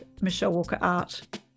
michellewalkerart